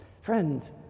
Friends